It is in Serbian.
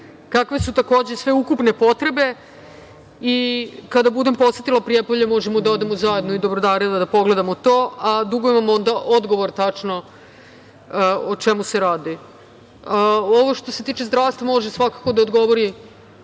kakve su takođe sveukupne potrebe i kada budem posetila Prijepolje možemo da odemo zajedno i do Brodareva i da pogledamo to, a dugujem vam tačno odgovor o čemu se radi. Ovo što se tiče zdravstva može svako da odgovori